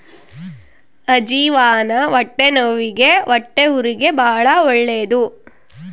ಅಜ್ಜಿವಾನ ಹೊಟ್ಟೆನವ್ವಿಗೆ ಹೊಟ್ಟೆಹುರಿಗೆ ಬಾಳ ಒಳ್ಳೆದು